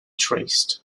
traced